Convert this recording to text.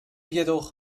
jedoch